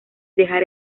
dejar